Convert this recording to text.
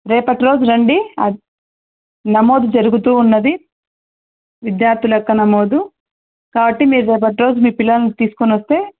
రేపటి రోజు రండి నమోదు జరుగుతు ఉన్నది విద్యార్థి లెక్క నమోదు కాబట్టి మీరు రేపటి రోజు మీ పిల్లలని తీసుకొని వస్తే